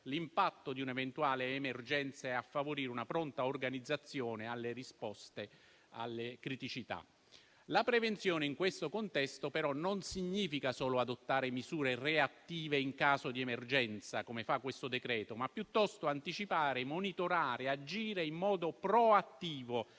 l'impatto di un'eventuale emergenza e a favorire una pronta organizzazione per le risposte alle criticità. La prevenzione, in questo contesto, non significa però solo adottare misure reattive in caso di emergenza, come fa il decreto-legge in discussione, ma piuttosto implica anticipare, monitorare e agire in modo proattivo